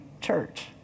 Church